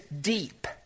deep